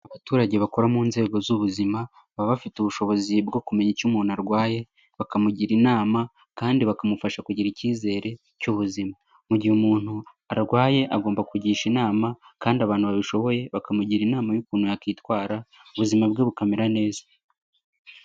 Abaturage bakora mu nzego z'ubuzima baba bafite ubushobozi bwo kumenya icyo umuntu arwaye, bakamugira inama kandi bakamufasha kugira icyizere cy'ubuzima. Mu gihe umuntu arwaye agomba kugisha inama kandi abantu babishoboye bakamugira inama y'ukuntu yakwitwara ubuzima bwe bukamera neza.